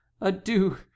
Adieu